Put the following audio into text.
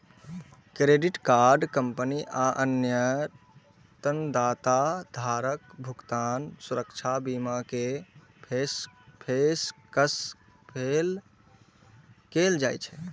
credit card company आ अन्य ऋणदाता द्वारा भुगतान सुरक्षा बीमा के पेशकश कैल जाइ छै